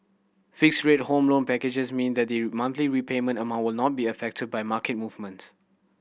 fixed rate Home Loan packages mean that the monthly repayment amount will not be affected by market movements